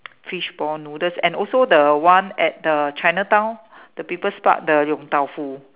fishball noodles and also the one at the Chinatown the People's Park the Yong-Tau-Foo